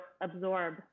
absorb